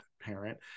parent